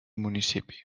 municipi